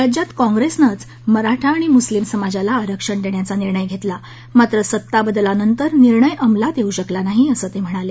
राज्यात काँग्रेसनच मराठा आणि मुस्लिम समाजाला आरक्षण देण्याचा निर्णय घेतला मात्र सत्ता बदलानंतर निर्णय अमलात येऊ शकला नाही असे ते म्हणाले